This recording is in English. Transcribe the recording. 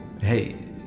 Hey